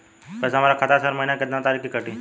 पैसा हमरा खाता से हर महीना केतना तारीक के कटी?